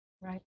Right